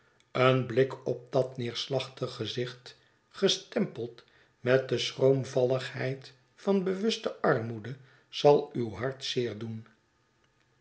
een blik op dat neerslachtig gezicht gestempeld met de schroomvalligheid van bewuste armoede zal uw hart zeerdoen